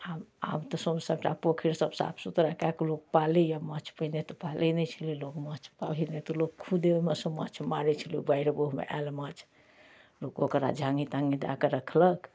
आब तऽ सब सबटा पोखरि सब साफ सुथरा कए कऽ लोक पालै यऽ माँछ पहिले तऽ पालै नहि छलए लोक माँछ पहिले तऽ लोक खुदे ओहिमे सँ माँछ मारै छलै बाइढ़ोमे आयल माँछ लोक ओकरा झांगी तांगी दए कऽ रखलक